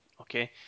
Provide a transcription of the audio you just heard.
okay